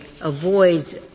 avoids